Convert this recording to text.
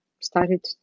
started